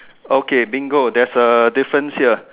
okay bingo there's a difference here